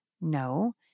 no